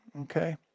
Okay